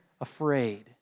afraid